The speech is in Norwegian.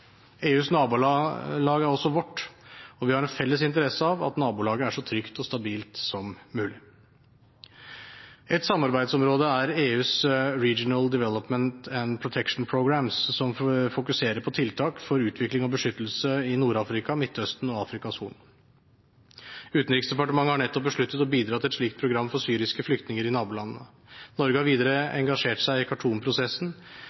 EUs nabolag er også vårt, og vi har en felles interesse av at nabolaget er så trygt og stabilt som mulig. Et samarbeidsområde er EUs Regional Development and Protection Programmes, som fokuserer på tiltak for utvikling og beskyttelse i Nord-Afrika, Midtøsten og Afrikas Horn. Utenriksdepartementet har nettopp besluttet å bidra til et slikt program for syriske flyktninger i nabolandene. Norge har videre engasjert seg i